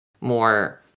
more